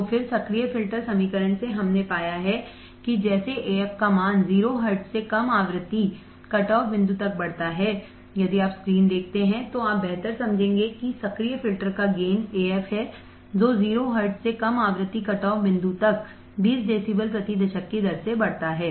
तो फिर सक्रिय फिल्टर समीकरण से हमने पाया है कि जैसे Af का मान 0 हर्ट्ज़ से कम आवृत्ति कटऑफ बिंदु तक बढ़ता है यदि आप स्क्रीन देखते हैं तो आप बेहतर समझेंगे कि सक्रिय फ़िल्टर का गेन Af हैं जो 0 हर्ट्ज़ से कम आवृत्ति कटऑफ बिंदु तक 20 डेसिबल प्रति दशक की दर से बढ़ता है